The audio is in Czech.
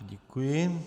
Děkuji.